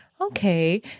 Okay